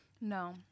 no